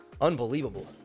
Unbelievable